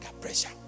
pressure